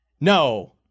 no